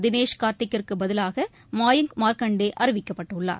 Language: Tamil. தினேஷ் கார்த்திக்கிற்கு பதிலாக மாயங்க் மார்க்கண்டே அறிவிக்கப்பட்டுள்ளார்